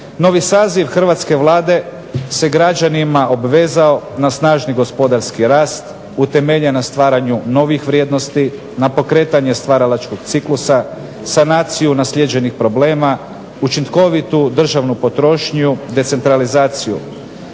Novi saziv hrvatske Vlade se građanima obvezao na snažni gospodarski rast utemeljen na stvaranju novih vrijednosti, na pokretanje stvaralačkog ciklusa, sanaciju naslijeđenih problema, učinkovitu državnu potrošnju, decentralizaciju.